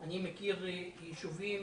אני מכיר יישובים